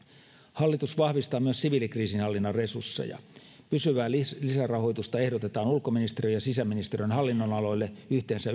hallitus vahvistaa myös siviilikriisinhallinnan resursseja pysyvää lisärahoitusta ehdotetaan ulkoministeriön ja sisäministeriön hallinnonaloille yhteensä